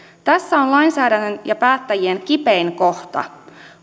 tässä on lainsäädännön ja päättäjien kipein kohta